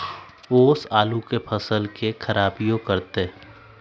ओस आलू के फसल के खराबियों करतै?